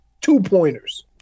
two-pointers